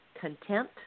content